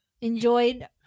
enjoyed